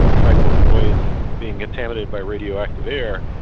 try to avoid being contaminated by radioactive air,